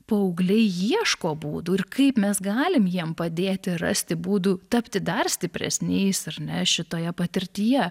paaugliai ieško būdų ir kaip mes galim jiem padėti rasti būdų tapti dar stipresniais ar ne šitoje patirtyje